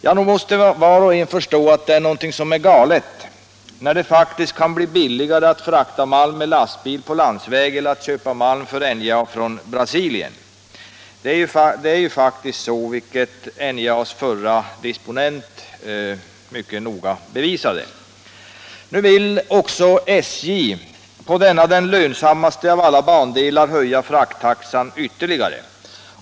Men nog måste var och en förstå att något är galet, när det faktiskt kan bli billigare att frakta malm med lastbil på landsväg eller att köpa malm från Brasilien än att frakta den på järnväg. Att det förhåller sig så har f.ö. NJA:s förre disponent bevisat. Nu vill SJ också på denna den lönsammaste av alla bandelar höja frakttaxan ytterligare.